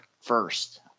first